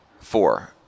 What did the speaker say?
Four